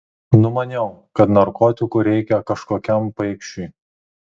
numaniau kad narkotikų reikia kažkokiam paikšiui